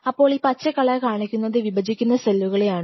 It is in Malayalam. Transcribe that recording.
അപ്പോൾ ഈ പച്ച കളർ കാണിക്കുന്നത് വിഭജിക്കുന്ന സെല്ലുകളെയാണ്